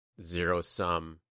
zero-sum